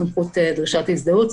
סמכות דרישת הזדהות,